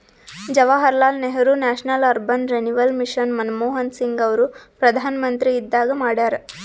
Jawaharlal Nehru national urban renewal mission Manmohan Singh ಅವರು ಪ್ರಧಾನ್ಮಂತ್ರಿ ಇದ್ದಾಗ ಮಾಡ್ಯಾರ್